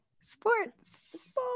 sports